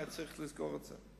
היה צריך לסגור את זה.